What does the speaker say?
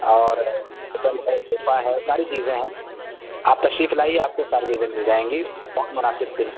اور چھوٹا موٹا صوفہ ہے ساری چیزیں ہیں آپ تشریف لائیے آپ کو ساری چیزیں مل جائیں گی بہت مناسب قیم